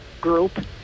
group